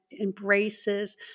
embraces